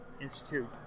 Institute